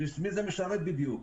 את מי זה משרת בדיוק?